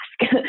ask